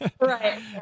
Right